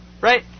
right